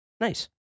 Nice